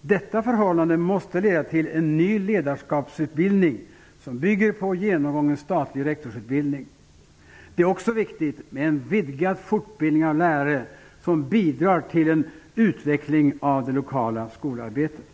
Detta förhållande måste leda till en ny ledarskapsutbildning, som bygger på genomgången statlig rektorsutbildning. Det är också viktigt med en vidgad fortbildning av lärare som bidrar till en utveckling av det lokala skolarbetet.